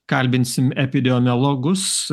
kalbinsim epidemiologus